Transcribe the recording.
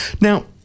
Now